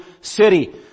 city